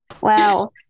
Wow